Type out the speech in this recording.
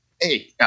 hey